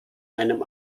einem